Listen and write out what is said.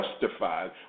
justified